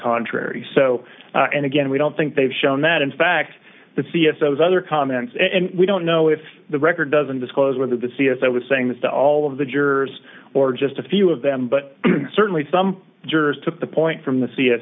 contrary so and again we don't think they've shown that in fact the c s those other comments and we don't know if the record doesn't disclose whether the c s i was saying this to all of the jurors or just a few of them but certainly some jurors took the point from the